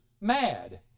mad